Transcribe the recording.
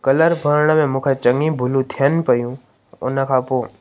colour भरण में मूंखे चङी भुलूं थियनि पयूं उनखां पोइ